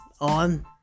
on